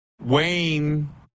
Wayne